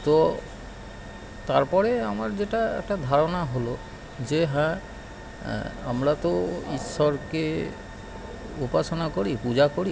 তো তার পরে আমার যেটা একটা ধারণা হলো যে হ্যাঁ আমরা তো ঈশ্বরকে উপাসনা করি পূজা করি